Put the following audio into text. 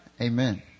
Amen